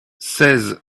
seize